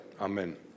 amen